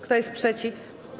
Kto jest przeciw?